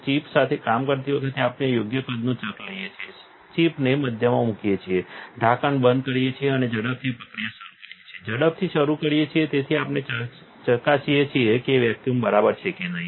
chip સાથે કામ કરતી વખતે આપણે યોગ્ય કદનું ચક લઈએ છીએ ચિપને મધ્યમાં મૂકીએ છીએ ઢાંકણ બંધ કરીએ છીએ અને ઝડપી પ્રક્રિયા શરૂ કરીએ છીએ ઝડપથી શરૂ કરીએ છીએ તેથી આપણે ચકાસીએ છીએ કે વેક્યુમ બરાબર છે કે નહીં